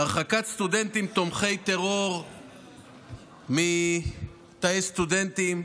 (הרחקת סטודנטים תומכי טרור ותאי סטודנטים),